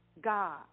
God